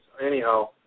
Anyhow